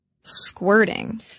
squirting